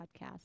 podcast